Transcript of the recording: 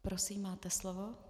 Prosím, máte slovo.